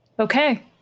Okay